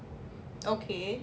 okay